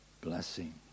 blessing